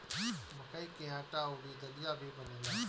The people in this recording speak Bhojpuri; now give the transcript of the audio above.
मकई से आटा अउरी दलिया भी बनेला